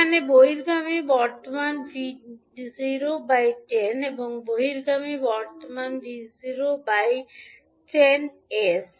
এখানে বহির্গামী কারেন্ট 𝑉010 এবং এখানে বহির্গামী কারেন্ট 𝑉010s হবে